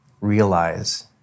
realize